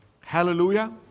Hallelujah